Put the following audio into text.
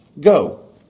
go